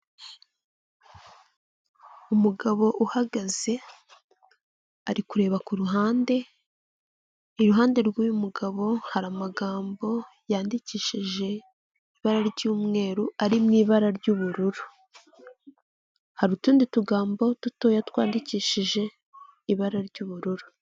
Umugabo uhagaze ari kureba ku ruhande, iruhande rw'uyu mugabo hari amagambo yandikishije ibara ry'umweru, ari mu ibara ry'ubururu, hari utundi tugambo dutoya twandikishije ibara ry'ubururu.